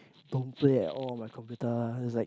don't play at all my computer it's like